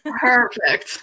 perfect